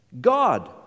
God